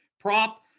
Prop